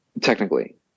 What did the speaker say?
technically